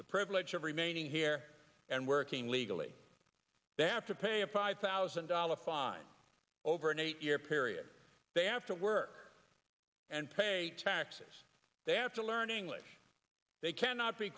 the privilege of remaining here and working legally they have to pay a five thousand dollars fine over an eight year period they have to work and pay taxes they have to learn english they cannot be